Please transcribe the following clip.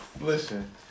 Listen